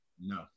No